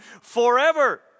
forever